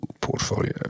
Portfolio